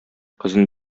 кызын